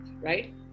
right